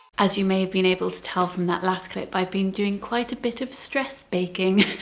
as you may have been able to tell from that last clip, i've been doing quite a bit of stress baking.